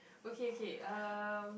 okay okay um